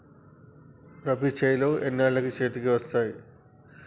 రబీ చేలు ఎన్నాళ్ళకు చేతికి వస్తాయి?